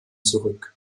zurück